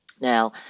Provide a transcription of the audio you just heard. Now